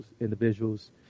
individuals